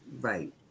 Right